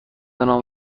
نام